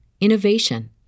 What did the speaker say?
innovation